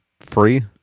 free